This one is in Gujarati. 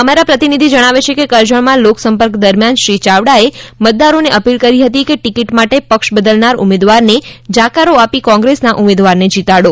અમારા પ્રતિનિધિ જણાવે છે કે કરજણમાં લોકસંપર્ક દરમ્યાન શ્રી ચાવડાએ મતદારોને અપીલ કરી હતી કે ટિકિટ માટે પક્ષ બદલનાર ઉમેદવારને જાકારો આપી કોંગ્રેસના ઉમેદવારને જીતાડો